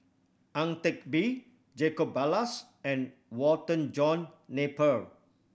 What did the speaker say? Ang Teck Bee Jacob Ballas and Walter John Napier